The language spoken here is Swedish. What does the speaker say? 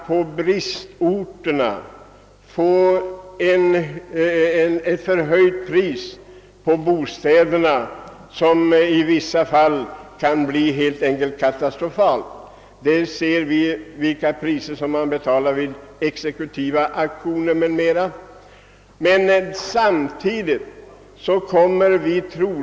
På bristorterna kommer hyrorna att höjas katastrofalt — vi ser vilka priser som betalas t.ex. vid exekutiva auktioner.